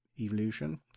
evolution